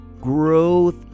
Growth